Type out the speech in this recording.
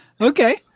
Okay